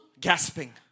gasping